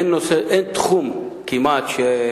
אין כמעט תחום,